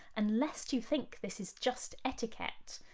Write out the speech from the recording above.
and lest you think this is just etiquette,